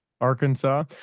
Arkansas